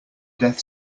death